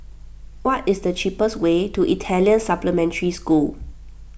what is the cheapest way to Italian Supplementary School